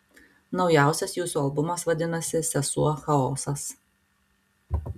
naujausias jūsų albumas vadinasi sesuo chaosas